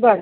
बरं